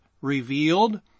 revealed